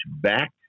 back